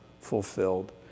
fulfilled